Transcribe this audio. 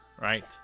right